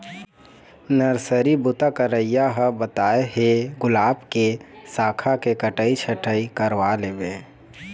nursery बूता करइया ह बताय हे गुलाब के साखा के कटई छटई करवा लेबे